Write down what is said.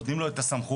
נותנים לו את הסמכות,